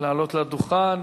לעלות לדוכן.